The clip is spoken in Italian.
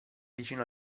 vicino